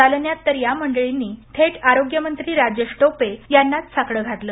जालन्यात तर या मंडळींनी थेट आरोग्यमंत्री राजेश टोपे यांनाच साकडं घातलं